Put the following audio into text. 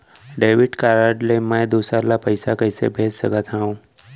Debit card ले मैं दूसर ला पइसा कइसे भेज सकत हओं?